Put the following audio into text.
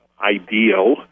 ideal